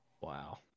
Wow